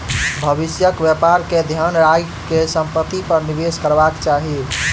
भविष्यक व्यापार के ध्यान राइख के संपत्ति पर निवेश करबाक चाही